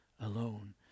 alone